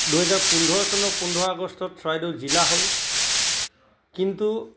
দুহেজাৰ পোন্ধৰ চনৰ পোন্ধৰ আগষ্টত চৰাইদেউ জিলা হ'ল কিন্তু